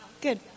good